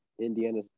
Indiana